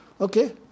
Okay